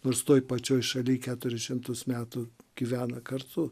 nors toj pačioj šaly keturis šimtus metų gyvena kartu